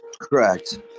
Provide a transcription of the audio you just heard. Correct